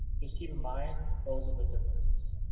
just keep in mind, those are the differences.